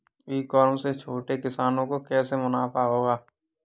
ई commerce से छोटे किसानों को कैसे मुनाफा होगा?